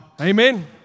Amen